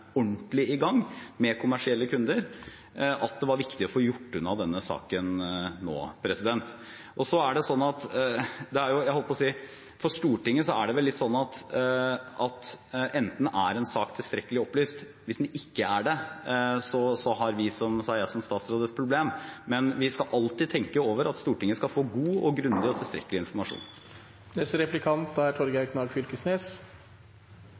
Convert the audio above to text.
ordentlig i gang med kommersielle kunder at det var viktig å få gjort unna denne saken nå. For Stortinget er det vel litt slik at enten er en sak tilstrekkelig opplyst, eller så er den ikke det – og hvis den ikke er det, har jeg som statsråd et problem. Men vi skal alltid tenke over at Stortinget skal få god, grundig og tilstrekkelig